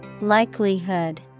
Likelihood